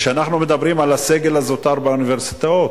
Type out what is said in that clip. כשאנחנו מדברים על הסגל הזוטר באוניברסיטאות,